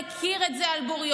הוא מכיר את זה על בוריו.